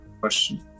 Question